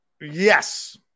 Yes